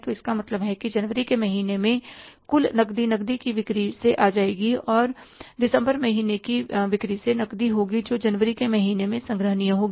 तो इसका मतलब है कि जनवरी के महीने में कुल नकदी नकदी की बिक्री से आ जाएगी और दिसंबर महीने की बिक्री से नकदी होगी जो जनवरी के महीने में संग्रहणीय होगी